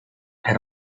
era